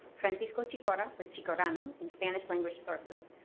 francisco chicora, or chicorano in spanish-language sources,